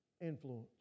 influence